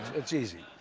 it's easy.